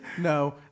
No